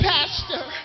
Pastor